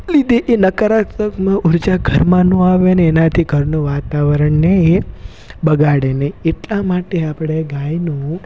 લીધે એ નકારાત્મક ઉર્જા ઘરમાં નો આવેને એનાથી ઘરનું વાતાવરણને એ બગાડે નહીં એટલા માટે આપણે ગાયનું